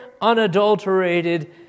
unadulterated